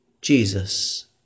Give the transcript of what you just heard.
Jesus